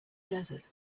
desert